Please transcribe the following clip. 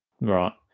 Right